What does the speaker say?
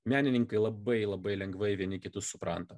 menininkai labai labai lengvai vieni kitus supranta